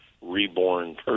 reborn